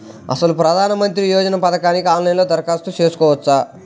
అసలు ప్రధాన మంత్రి యోజన పథకానికి ఆన్లైన్లో దరఖాస్తు చేసుకోవచ్చా?